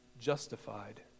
justified